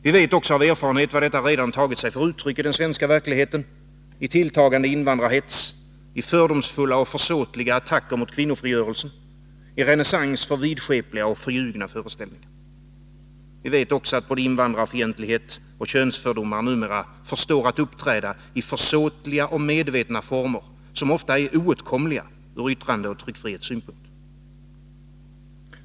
Vi vet också av erfarenhet vad detta redan tagit sig för uttryck i den svenska verkligheten — i tilltagande invandrarhets, i fördomsfulla och försåtliga attacker mot kvinnofrigörelsen, i renässans för vidskepliga och förljugna föreställningar. Vi vet dessutom att både invandrarfientlighet och könsfördomar numera förstår att uppträda i försåtliga och medvetna former, som ofta är oåtkomliga ur yttrandeoch tryckfrihetssynpunkt.